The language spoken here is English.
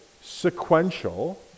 sequential